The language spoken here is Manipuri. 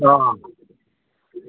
ꯑꯥ